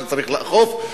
שצריך לאכוף.